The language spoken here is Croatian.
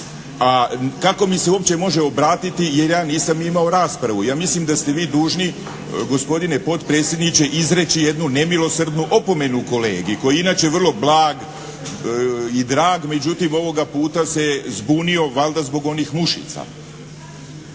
a kako mi se uopće može obratiti jer ja nisam imao raspravu. Ja mislim da ste vi dužni gospodine potpredsjedniče izreći jednu nemilosrdnu opomenu kolegi koji je inače vrlo blag i drag, međutim ovoga puta se je zbunio valjda zbog onih mušica.